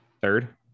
Third